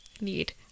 need